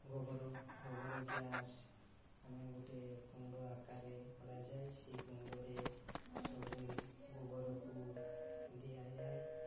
ଗୋବର ଗୋବର ଗ୍ୟାସ୍ ଆମେ ଗୋଟେ କୁଣ୍ଡ ଆକାରରେ କରାଯାଇ ସେଇ କୁଣ୍ଡରେ ସବୁ ଗୋବରକୁ ଦିଆଯାଏ